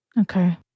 Okay